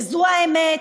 וזו האמת,